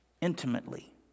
intimately